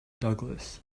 douglas